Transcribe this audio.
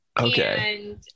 okay